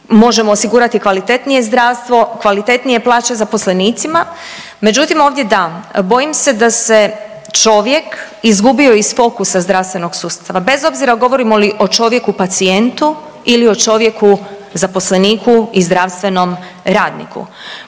možemo osigurati kvalitetnije zdravstvo, kvalitetnije plaće zaposlenicima, međutim, ovdje da, bojim se da se čovjek izgubio iz fokusa zdravstvenog sustava, bez obzira govorimo li o čovjeku pacijentu ili o čovjeku zaposleniku i zdravstvenom radniku.